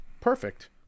perfect